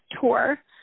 tour